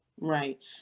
Right